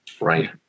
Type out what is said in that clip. right